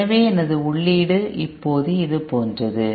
எனவே எனது உள்ளீடு இப்போது இது போன்றது